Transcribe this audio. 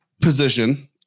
position